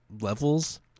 levels